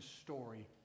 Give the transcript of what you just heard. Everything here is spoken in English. story